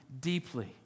deeply